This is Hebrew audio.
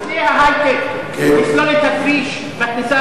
אפשר לפני ההיי-טק לסלול את הכביש בכניסה